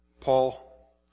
Paul